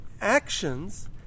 actions